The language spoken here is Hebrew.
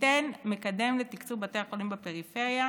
ייתן מקדם לתקצוב בתי החולים בפריפריה,